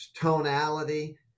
tonality